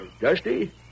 Dusty